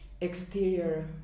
exterior